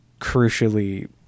crucially